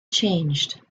changed